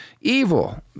evil